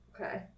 Okay